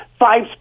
five